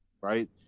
right